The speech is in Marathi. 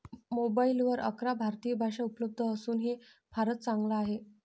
मोबाईलवर अकरा भारतीय भाषा उपलब्ध असून हे फारच चांगल आहे